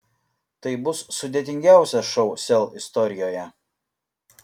tai bus sudėtingiausias šou sel istorijoje